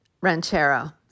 ranchero